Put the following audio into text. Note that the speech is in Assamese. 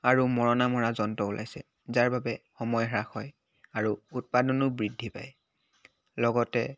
আৰু মৰণা মৰা যন্ত্ৰ ওলাইছে যাৰ বাবে সময় হ্ৰাস হয় আৰু উৎপাদনো বৃদ্ধি পায় লগতে